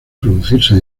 producirse